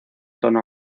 tono